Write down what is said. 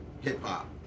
hip-hop